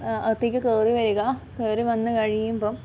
അകത്തേക്ക് കയറി വരിക കയറി വന്ന് കഴിയുമ്പം